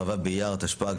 כ"ו באייר התשפ"ג,